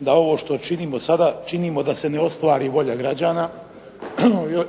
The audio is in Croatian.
da ovo što činimo sada činimo da se ne ostvari volja građana.